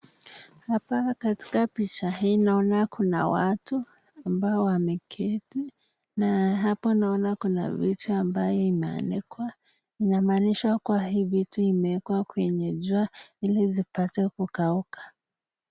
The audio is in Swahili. Hapa katika picha hii naona kuna watu ambao wameketi na hapo naona kuna vitu ambayo imeanikwa. Inamaanisha kua hii vitu imewekwa kwenye jua ili zipate kukauka.